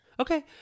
Okay